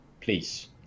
please